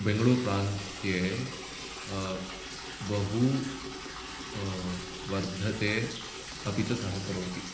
बेंगळूरुप्रान्ते बहु वर्धते अपि च सहकरोति